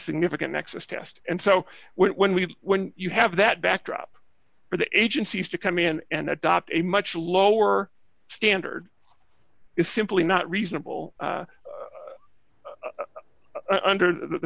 significant nexus test and so when we when you have that backdrop for the agencies to come in and adopt a much lower standard is simply not reasonable under the